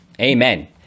Amen